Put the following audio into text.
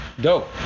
dope